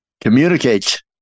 Communicate